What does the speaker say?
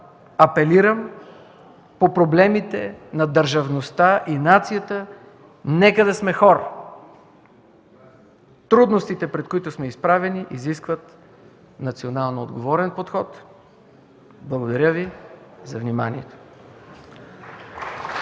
апелирам: по проблемите на държавността и нацията нека да сме хор! Трудностите, пред които сме изправени, изискват национално отговорен подход. Благодаря Ви за вниманието.